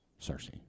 Cersei